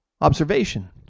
observation